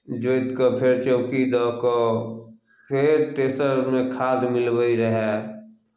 जोति कऽ फेर चौकी दऽ कऽ फेर तेसरमे खाद मिलबैत रहय